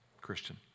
Christian